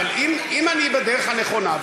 אבל אם אני בדרך הנכונה,